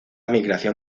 migración